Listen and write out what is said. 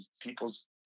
people's